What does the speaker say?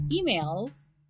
emails